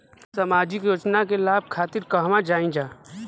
सामाजिक योजना के लाभ खातिर कहवा जाई जा?